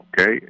Okay